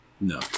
No